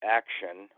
action